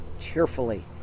cheerfully